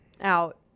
Out